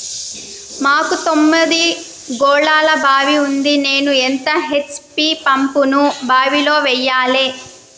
మాకు తొమ్మిది గోళాల బావి ఉంది నేను ఎంత హెచ్.పి పంపును బావిలో వెయ్యాలే?